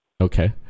Okay